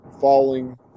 falling